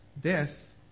death